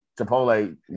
Chipotle